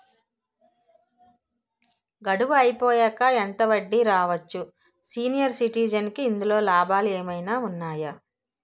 గడువు అయిపోయాక ఎంత వడ్డీ రావచ్చు? సీనియర్ సిటిజెన్ కి ఇందులో లాభాలు ఏమైనా ఉన్నాయా?